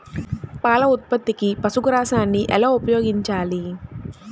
పాల ఉత్పత్తికి పశుగ్రాసాన్ని ఎలా ఉపయోగించాలి?